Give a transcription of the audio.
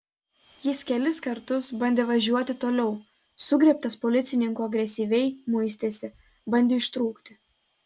jis kelis kartus bandė važiuoti toliau sugriebtas policininkų agresyviai muistėsi bandė ištrūkti